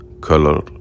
color